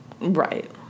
Right